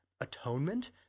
atonement